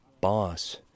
boss